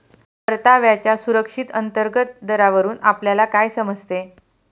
परताव्याच्या सुधारित अंतर्गत दरावरून आपल्याला काय समजते?